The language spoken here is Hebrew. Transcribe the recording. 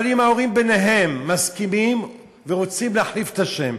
אבל אם ההורים ביניהם מסכימים ורוצים להחליף את השם.